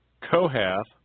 Kohath